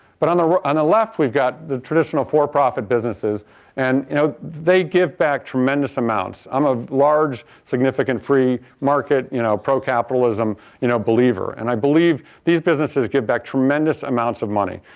but on the and left we've got the traditional for-profit businesses and you know they give back tremendous amounts. i'm a large significant free market you know pro-capitalism you know believer, and i believe these businesses give back tremendous amounts of money.